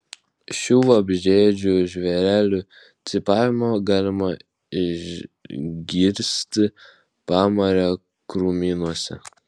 šių vabzdžiaėdžių žvėrelių cypavimą galima išgirsti pamario krūmynuose